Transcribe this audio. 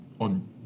on